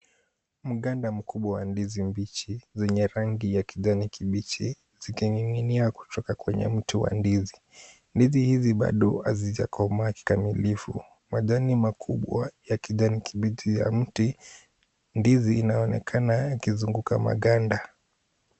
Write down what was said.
Mganda mkubwa wa ndizi mbichi zenye rangi ya kijani kibichi zikining'inia kutoka kwenye mti wa ndizi. Ndizi hizi bado hazijakomaa kikamilifu. Majani makubwa ya kijani kibichi ya mti ndizi inaonekana ikizunguka maganda.